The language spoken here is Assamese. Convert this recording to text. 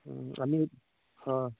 আমি